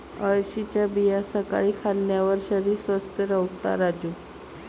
अळशीच्या बिया सकाळी खाल्ल्यार शरीर स्वस्थ रव्हता राजू